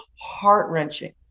heart-wrenching